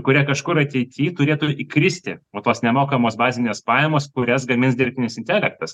kurią kažkur ateityturėtų įkristi o tos nemokamos bazinės pajamos kurias gamins dirbtinis intelektas